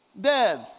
Dead